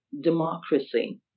democracy